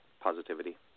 positivity